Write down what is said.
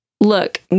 Look